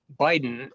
Biden